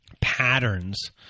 patterns